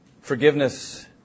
Forgiveness